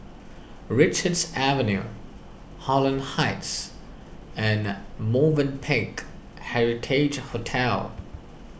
Richards Avenue Holland Heights and Movenpick Heritage Hotel